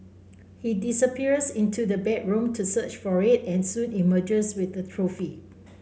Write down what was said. he disappears into the bedroom to search for it and soon emerges with the trophy